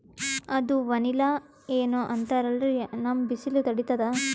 ಅದು ವನಿಲಾ ಏನೋ ಅಂತಾರಲ್ರೀ, ನಮ್ ಬಿಸಿಲ ತಡೀತದಾ?